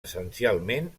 essencialment